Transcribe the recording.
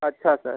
अच्छा सर